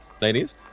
Ladies